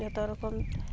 ᱡᱚᱛᱚ ᱨᱚᱠᱚᱢ